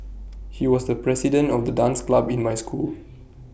he was the president of the dance club in my school